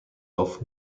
off